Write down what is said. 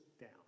down